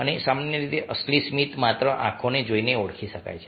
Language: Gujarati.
અને સામાન્ય રીતે અસલી સ્મિત માત્ર આંખોને જોઈને ઓળખી શકાય છે